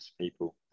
people